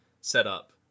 setup